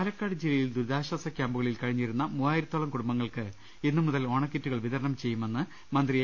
പാലക്കാട് ജില്ലയിൽ ദുരിതാശ്ചാസ ക്യാമ്പുകളിൽ കഴിഞ്ഞിരുന്ന മൂവ്വായിരത്തോളം കൂടുംബങ്ങൾക്ക് ഇന്ന് മുതൽ ഓണക്കിറ്റുകൾ വിതരണം ചെയ്യുമെന്ന് മന്ത്രി എ